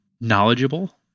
knowledgeable